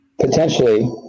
Potentially